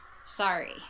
Sorry